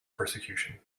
persecution